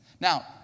Now